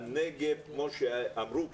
בנגב, כמו שאמרו כאן,